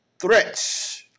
threats